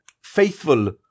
faithful